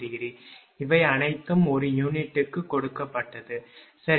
54° இவை அனைத்தும் ஒரு யூனிட்டுக்கு கொடுக்கப்பட்டது சரி